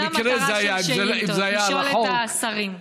זאת המטרה של שאילתות, לשאול את השרים.